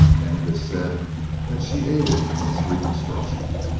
and it is said that she aided in its reconstruction.